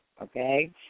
okay